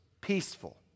peaceful